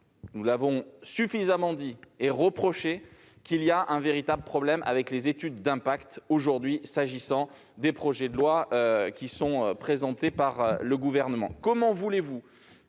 Nous l'avons suffisamment dit et reproché, il existe un véritable problème avec les études d'impact accompagnant les projets de loi présentés par le Gouvernement. Comment voulez-vous